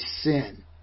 sin